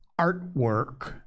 artwork